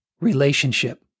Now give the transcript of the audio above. relationship